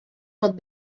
pot